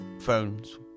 phones